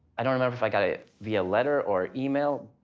i don't remember if i got it, via letter or email.